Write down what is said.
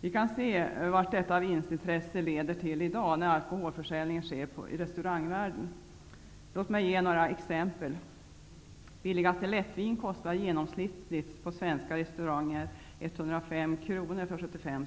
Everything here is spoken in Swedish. Vi kan i dag se vad detta vinstintresse leder till, när alkoholförsäljning sker i restaurangvärlden. Låt mig ge några exempel. Det billigaste lättvinet kostar genomsnittligt på svenska restauranger 885 kr för 75